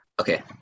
Okay